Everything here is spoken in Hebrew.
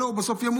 הוא בסוף ימות,